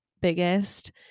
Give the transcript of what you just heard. biggest